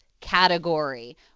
category